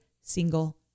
single